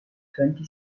twenty